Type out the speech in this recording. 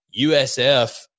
USF